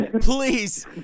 please